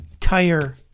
tire